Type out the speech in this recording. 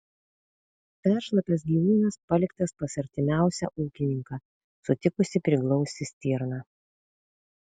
peršlapęs gyvūnas paliktas pas artimiausią ūkininką sutikusį priglausti stirną